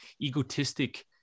egotistic